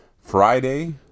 Friday